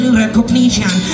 recognition